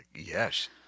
Yes